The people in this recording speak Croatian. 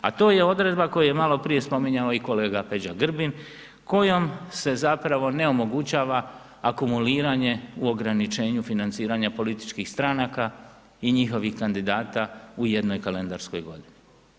A to je odredba, koju je maloprije spominjao i kolega Peđa Grbin, kojom se zapravo neomogućava akumuliranje u ograničenju financiranja političkih stranka i njihovih kandidata u jednoj kalendarskoj godini.